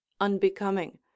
unbecoming